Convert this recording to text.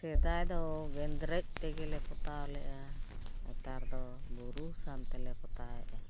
ᱥᱮᱫᱟᱭ ᱫᱚ ᱜᱮᱸᱫᱽᱨᱮᱡ ᱛᱮᱜᱮᱞᱮ ᱯᱚᱛᱟᱣ ᱞᱮᱜᱼᱟ ᱱᱮᱛᱟᱨ ᱫᱚ ᱵᱩᱨᱩ ᱥᱟᱱ ᱛᱮᱞᱮ ᱯᱚᱛᱟᱣᱮᱫᱟ